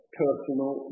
personal